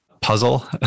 puzzle